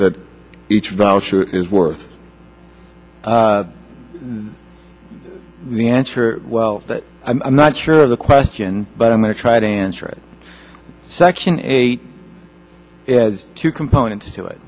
that each voucher is worth the answer well i'm not sure of the question but i'm there try to answer it section eight has two components to it